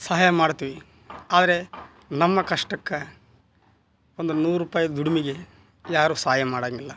ಸಹಾಯ ಮಾಡ್ತೀವಿ ಆದರೆ ನಮ್ಮ ಕಷ್ಟಕ್ಕೆ ಒಂದು ನೂರು ರೂಪಾಯಿ ದುಡ್ಮೆಗೆ ಯಾರು ಸಾಯ ಮಾಡೋಂಗಿಲ್ಲ